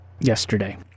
yesterday